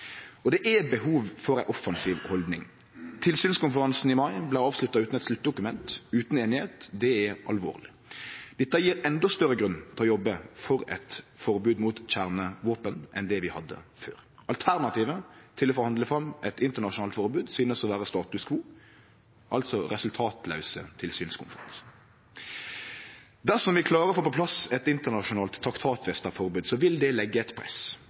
Det er behov for ei offensiv haldning. Tilsynskonferansen i mai vart avslutta utan eit sluttdokument, utan einigheit. Det er alvorleg. Dette gjev endå større grunn til å jobbe for eit forbod mot kjernevåpen enn det vi hadde før. Alternativet til å forhandle fram eit internasjonalt forbod synest å vere status quo, altså resultatlause tilsynskonferansar. Dersom vi klarer å få på plass eit internasjonalt traktatfesta forbod, vil det leggje eit press